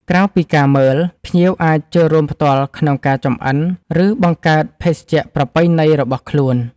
ក្រៅពីការមើល ភ្ញៀវអាចចូលរួមផ្ទាល់ក្នុងការចម្អិន ឬបង្កើតភេសជ្ជៈប្រពៃណីរបស់ខ្លួន។